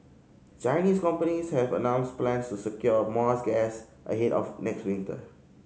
Chinese companies have announced plans to secure more's gas ahead of next winter